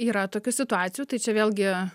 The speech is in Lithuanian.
yra tokių situacijų tai čia vėlgi